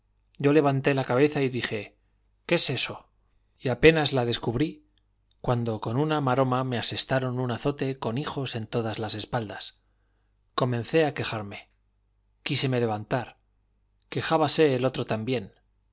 yo levanté la cabeza y dije qué es eso y apenas la descubrí cuando con una maroma me asentaron un azote con hijos en todas las espaldas comencé a quejarme quíseme levantar quejábase el otro también